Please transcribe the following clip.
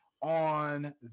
on